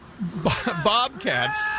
bobcats